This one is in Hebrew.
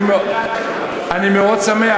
אני מאוד שמח,